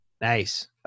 Nice